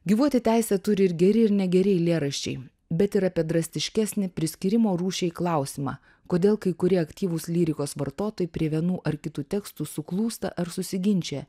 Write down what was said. gyvuoti teisę turi ir geri ir negeri eilėraščiai bet ir apie drastiškesnį priskyrimo rūšiai klausimą kodėl kai kurie aktyvūs lyrikos vartotojai prie vienų ar kitų tekstų suklūsta ar susiginčija